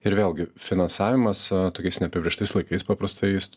ir vėlgi finansavimas tokiais neapibrėžtais laikais paprastai jis